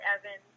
Evan